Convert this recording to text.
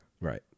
Right